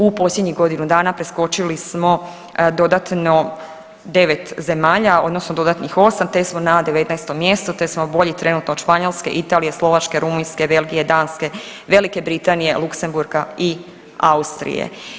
U posljednjih godinu dana preskočili smo dodatno 9 zemalja odnosno dodatnih 8 te smo na 19 mjestu te smo bolji trenutno od Španjolske, Italije, Slovačke, Rumunjske, Belgije, Danske, Velike Britanije, Luksemburga i Austrije.